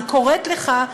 אני קוראת לך,